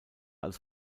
als